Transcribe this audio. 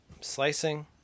Slicing